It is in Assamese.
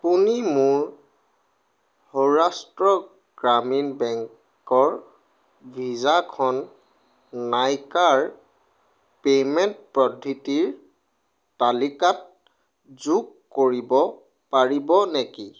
আপুনি মোৰ সৌৰাষ্ট্ৰ গ্ৰামীণ বেংকৰ ভিছাখন নাইকাৰ পে'মেণ্ট পদ্ধতিৰ তালিকাত যোগ কৰিব পাৰিব নেকি